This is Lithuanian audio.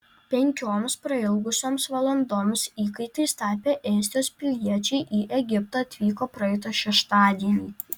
penkioms prailgusioms valandoms įkaitais tapę estijos piliečiai į egiptą atvyko praeitą šeštadienį